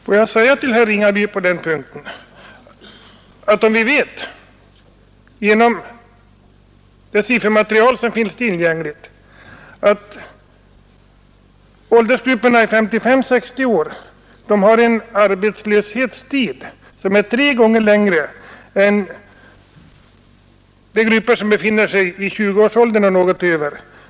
Låt mig säga till herr Ringaby på den punkten att vi vet genom det siffermaterial som finns tillgängligt att de som tillhör åldersgruppen 55—60 år har en arbetslöshetstid som är tre gånger längre än den är för dem som befinner sig i 20-årsåldern och något däröver.